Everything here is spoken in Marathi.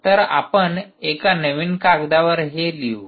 तर आपण एका नवीन कागदावर हे लिहू